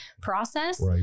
process